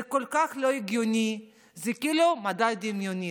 זה כל כך לא הגיוני, זה כאילו מדע בדיוני,